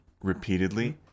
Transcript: repeatedly